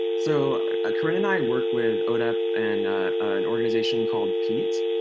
so ah corrine and i work with odep and an organization called peat.